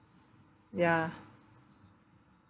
ya